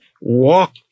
walk